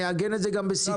אני אעגן את זה גם בסיכום.